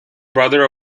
brother